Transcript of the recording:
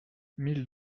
mille